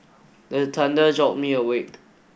the thunder jolt me awake